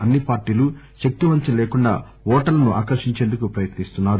అన్ని పార్టీలు శక్తివంచన లేకుండా ఓటరును ఆకర్షించేందుకు ప్రయత్నిస్తున్నాయి